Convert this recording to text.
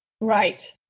Right